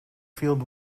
field